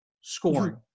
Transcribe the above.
scoring